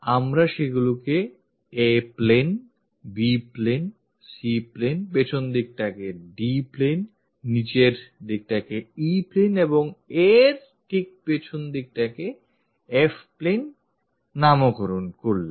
আমরা সেগুলিকে A plane B plane C plane পেছনদিকটাকে D plane নিচের দিকটাকে E plane এবং এর ঠিক পেছনদিকটাকে F plane এমন নামকরণ করি